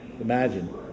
imagine